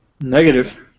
Negative